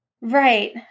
Right